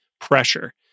pressure